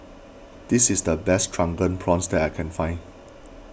this is the best Drunken Prawns that I can find